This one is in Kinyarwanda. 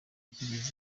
akigezeho